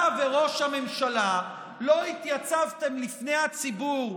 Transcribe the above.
אתה וראש הממשלה לא התייצבתם לפני הציבור,